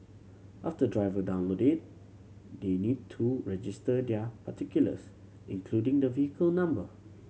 after driver download it they need to register their particulars including the vehicle number